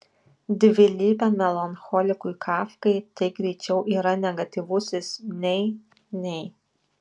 dvilypiam melancholikui kafkai tai greičiau yra negatyvusis nei nei